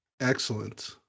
Excellent